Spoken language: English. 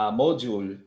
module